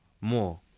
more